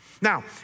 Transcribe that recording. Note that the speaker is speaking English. Now